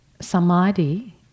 samadhi